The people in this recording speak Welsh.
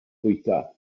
bwyta